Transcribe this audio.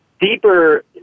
deeper